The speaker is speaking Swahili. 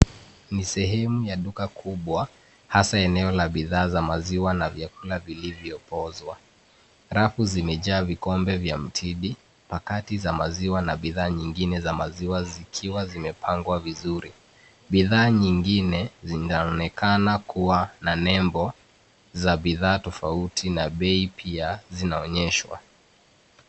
Ni sehemu ya duka kubwa hasa eneo la bidhaa za maziwa na vyakula vilivyopozwa .Rafu zimejaa vikombe vya mtidi, pakati za maziwa na bidhaa nyingine za maziwa zikiwa zimepangwa vizuri. Bidhaa nyingine zinaonekana kuwa na nembo za bidhaa tofauti na bei pia zinaonyeshwa.